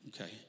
Okay